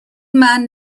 man